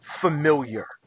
familiar